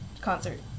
concert